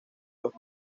los